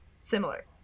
similar